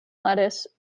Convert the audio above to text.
lettuce